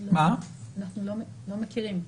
אנחנו לא מכירים,